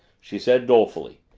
she said dolefully.